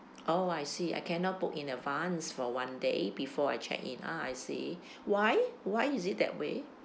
oh I see I cannot book in advanced for one day before I check in ah I see why why is it that way